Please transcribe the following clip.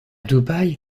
dubai